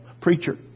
preacher